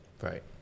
Right